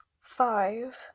five